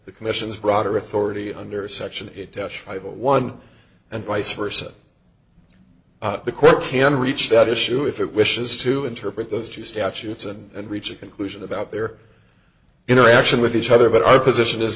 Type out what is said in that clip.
the commission's broader authority under section one and vice versa the court can reach that issue if it wishes to interpret those just absolutes and reach a conclusion about their interaction with each other but our position is